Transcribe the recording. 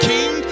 King